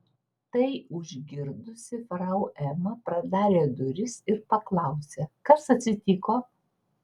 tai užgirdusi frau ema pradarė duris ir paklausė kas atsitiko